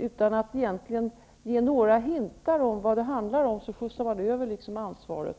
Utan några antydningar om vad det handlar om skjutsar man över ansvaret